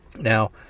Now